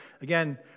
again